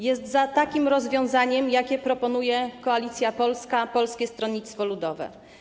Jest za takim rozwiązaniem, jakie proponuje Koalicja Polska - Polskie Stronnictwo Ludowe.